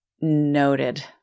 noted